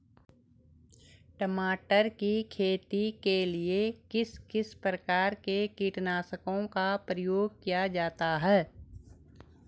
टमाटर की खेती के लिए किस किस प्रकार के कीटनाशकों का प्रयोग किया जाता है?